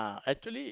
actually